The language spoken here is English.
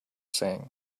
saying